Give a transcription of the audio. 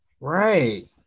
right